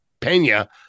Pena